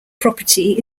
property